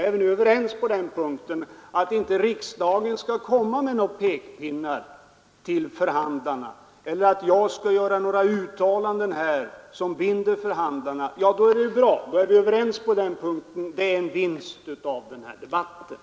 Är vi nu överens om att riksdagen inte skall leverera några pekpinnar till förhandlarna och att jag inte skall göra uttalanden som binder förhandlarna, då är det bra. Det är den vinst vi har fått ut av den här debatten.